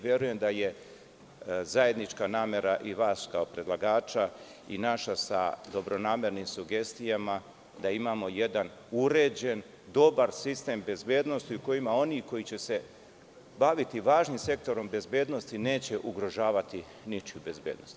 Verujem da je zajednička namera i vas kao predlagača i naša sa dobronamernim sugestijama da imamo jedan uređen dobar sistem bezbednosti u kojima oni koji će se baviti važnim sektorom bezbednosti neće ugrožavati ničiju bezbednost.